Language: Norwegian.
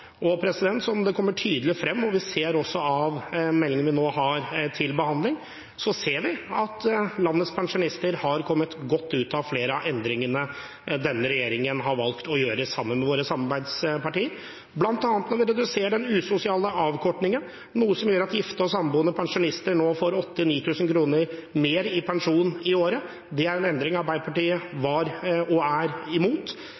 Og som det kommer tydelig frem, og vi ser det også av meldingen vi nå har til behandling, har landets pensjonister kommet godt ut av flere av endringene denne regjeringen har valgt å gjøre sammen med sine samarbeidspartier, bl.a. når vi reduserer den usosiale avkortningen, noe som gjør at gifte og samboende pensjonister nå får 8 000–9 000 kr mer i pensjon i året – det er en endring Arbeiderpartiet var og er imot